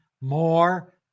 more